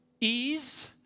ease